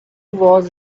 was